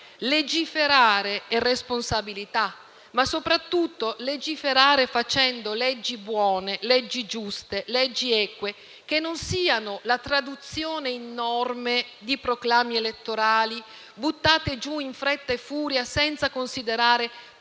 Legiferare è responsabilità ma, soprattutto, governare è legiferare facendo leggi buone, leggi giuste, leggi eque, che non siano la traduzione in norme di proclami elettorali, buttate giù in fretta e furia senza considerare